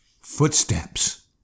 Footsteps